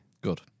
Good